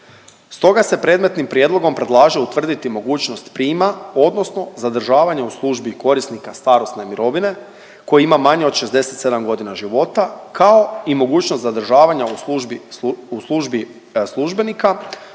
Stoga se predmetnim prijedlogom predlaže utvrditi mogućnost prima odnosno zadržavanja u službi korisnika starosne mirovine koji ima manje od 67.g. života, kao i mogućnost zadržavanja u službi službenika